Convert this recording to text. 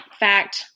fact